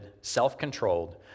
self-controlled